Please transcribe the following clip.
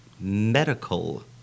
medical